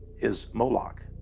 is moloch,